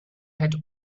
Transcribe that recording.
had